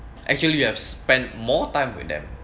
actually you've spent more time with them